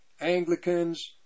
Anglicans